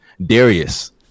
Darius